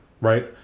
right